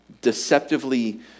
deceptively